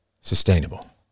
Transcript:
sustainable